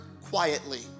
quietly